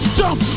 jump